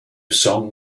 song